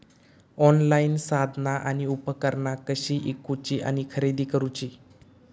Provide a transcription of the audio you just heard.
Online साधना आणि उपकरणा कशी ईकूची आणि खरेदी करुची?